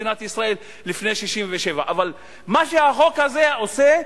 מדינת ישראל לפני 1967. אבל מה שהחוק הזה עושה,